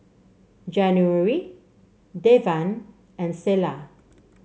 January Devan and Selah